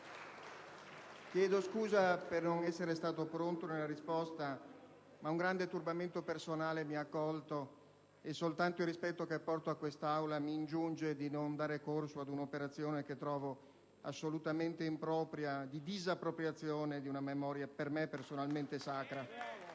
chiedo scusa per non essere stato pronto nella risposta, ma un grande turbamento personale mi ha colto e soltanto il rispetto che porto a quest'Aula mi ingiunge a non dare corso ad un'operazione, che trovo assolutamente impropria, di disappropriazione di una memoria per me personalmente sacra.